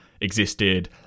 existed